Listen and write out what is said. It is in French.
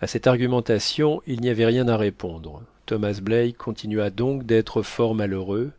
à cette argumentation il n'y avait rien à répondre thomas black continua donc d'être fort malheureux